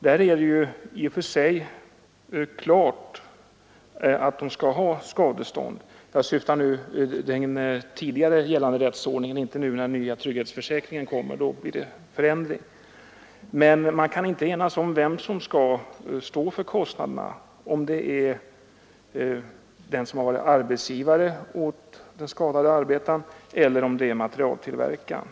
Det är i och för sig klart att de skall ha skadestånd — jag syftar nu på den tidigare gällande rättsordningen och inte på den nya trygghetsförsäkringen som kommer; med den blir det en förändring. Men man kan inte enas om vem som skall stå för kostnaderna — om det är den som varit arbetsgivare åt den skadade arbetaren eller om det är materialtillverkaren.